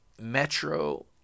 metro